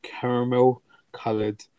caramel-coloured